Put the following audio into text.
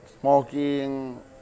smoking